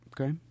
Okay